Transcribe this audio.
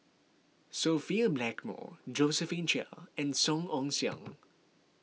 Sophia Blackmore Josephine Chia and Song Ong Siang